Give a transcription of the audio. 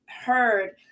heard